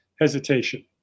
Hesitation